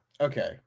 Okay